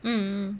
um